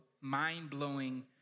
mind-blowing